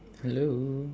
hello